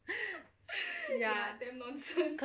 ya